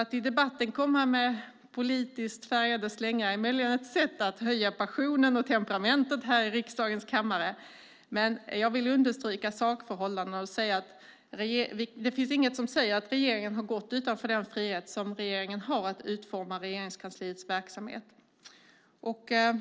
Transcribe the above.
Att i debatten komma med politiskt färgade slängar är alltså möjligen ett sätt att höja passionen och temperamentet här i riksdagens kammare, men jag vill understryka sakförhållandena och säga att det inte finns något som säger att regeringen har gått utanför den frihet som den har att utforma Regeringskansliets verksamhet.